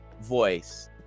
voice